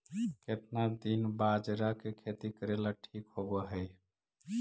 केतना दिन बाजरा के खेती करेला ठिक होवहइ?